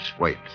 wait